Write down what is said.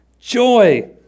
joy